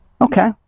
Okay